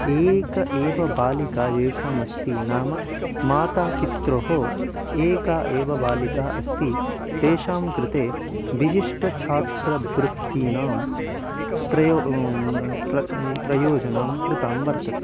एका एव बालिका देशम् अस्ति नाम मातापित्रोः एका एव बालिका अस्ति तेषां कृते विशिष्टानां छात्रवृत्तीनां प्रयोजनं प्र प्रयोजनं कृतं वर्तते